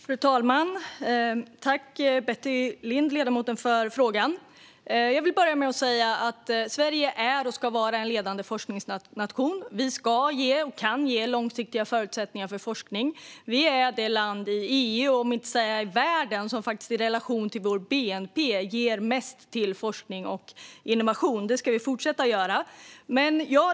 Fru talman! Jag tackar ledamoten för frågan. Jag vill börja med att säga att Sverige är och ska vara en ledande forskningsnation. Vi ska och kan ge långsiktiga förutsättningar för forskning. Vi är det land i EU, för att inte säga världen, som i relation till vår bnp ger mest till forskning och innovation. Detta ska vi fortsätta att göra.